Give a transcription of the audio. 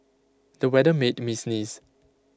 the weather made me sneeze